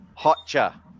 Hotcha